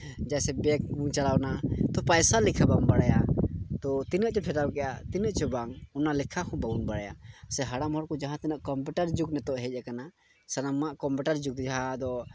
ᱡᱮᱭᱥᱮ ᱵᱮᱝᱠ ᱵᱚᱱ ᱪᱟᱞᱟᱣᱱᱟ ᱛᱳ ᱯᱚᱭᱥᱟ ᱞᱮᱠᱷᱟ ᱵᱟᱢ ᱵᱟᱲᱟᱭᱟ ᱛᱳ ᱛᱤᱱᱟᱹᱜ ᱪᱚᱢ ᱪᱷᱟᱰᱟᱣ ᱠᱮᱜᱼᱟ ᱛᱤᱱᱟᱹᱜ ᱪᱚ ᱵᱟᱝ ᱚᱱᱟ ᱞᱮᱠᱷᱟ ᱦᱚᱸ ᱵᱟᱵᱚᱱ ᱵᱟᱲᱟᱭᱟ ᱥᱮ ᱦᱟᱲᱟᱢ ᱦᱚᱲ ᱠᱚ ᱡᱟᱦᱟᱸ ᱛᱤᱱᱟᱹᱜ ᱠᱚᱢᱯᱤᱭᱩᱴᱟᱨ ᱡᱩᱜᱽ ᱱᱤᱛᱚᱜ ᱦᱮᱡ ᱠᱟᱱᱟ ᱥᱟᱱᱟᱢᱟᱜ ᱠᱚᱢᱯᱤᱭᱩᱴᱟᱨ ᱡᱩᱜᱽ ᱡᱟᱦᱟᱸ ᱫᱚ